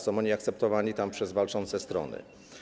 Są oni akceptowani tam przez walczące strony.